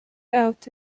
out